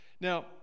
Now